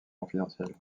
confidentielle